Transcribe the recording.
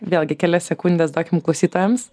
vėlgi kelias sekundes duokim klausytojams